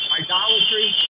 idolatry